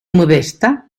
modesta